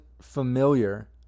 familiar –